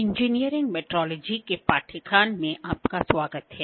engineering metrology के पाठ्यक्रम में आपका स्वागत है